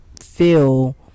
feel